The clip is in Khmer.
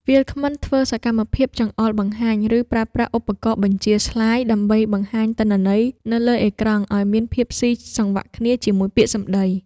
វាគ្មិនធ្វើសកម្មភាពចង្អុលបង្ហាញ ឬប្រើប្រាស់ឧបករណ៍បញ្ជាស្លាយ ដើម្បីបង្ហាញទិន្នន័យនៅលើអេក្រង់ឱ្យមានភាពស៊ីសង្វាក់គ្នាជាមួយពាក្យសម្ដី។